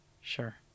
sure